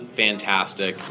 fantastic